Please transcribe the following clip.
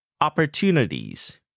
opportunities